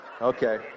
Okay